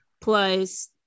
Plus